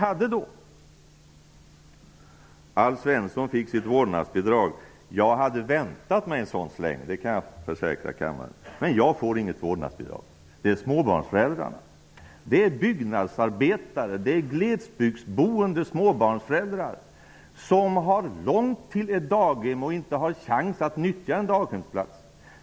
Alf Svensson fick sitt vårdnadsbidrag -- jag kan försäkra kammaren om att jag hade väntat mig en sådan släng. Men jag får inget vårdnadsbidrag, utan det är småbarnsföräldrarna som får ett sådant. Det är byggnadsarbetare, glesbygdsboende småbarnsföräldrar som har långt till ett daghem och inte har chans att nyttja en daghemsplats.